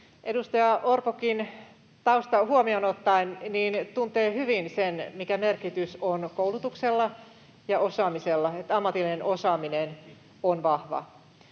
Edustaja Orpokin — taustan huomioon ottaen — tuntee hyvin sen, mikä merkitys on koulutuksella ja osaamisella, sillä, että ammatillinen osaaminen on vahva.